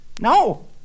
No